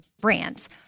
brands